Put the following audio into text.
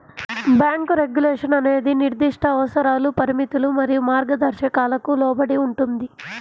bank regulation అనేది నిర్దిష్ట అవసరాలు, పరిమితులు మరియు మార్గదర్శకాలకు లోబడి ఉంటుంది,